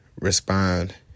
respond